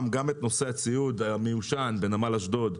גם את נושא הציוד המיושן בנמל אשדוד,